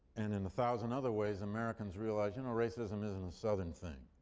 and in a thousand other ways americans realized you know racism isn't a southern thing,